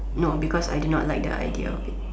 no because I did not like the idea of it